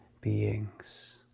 beings